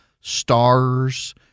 stars